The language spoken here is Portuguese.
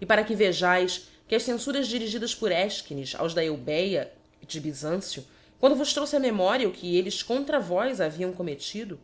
e para que vejaes que as cenfuras dirigidas por elchines aos da eubéa e de byzancio quando vos trouxe á memoria o que elles contra vós haviam commettido